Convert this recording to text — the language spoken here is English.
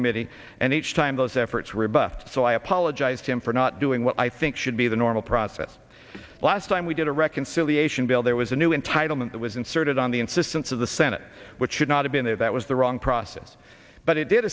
committee and each time those efforts rebuffed so i apologize to him for not doing what i think should be the normal process last time we did a reconciliation bill there was a new entitlement that was inserted on the insistence of the senate which should not have been there that was the wrong process but it did